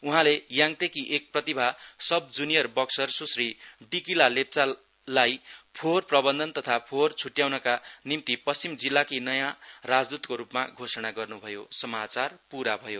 उहाँले याङतेकी एक प्रतिभा sub junior boxer Sushri Dikila लेप्चालाई फोहोर प्रबन्धन तथा फोहोप छुट्याउनका निम्ति पश्चिम जिल्लाकी नयाँ राजदुतको रुपमा घोषणा गर्नु भयो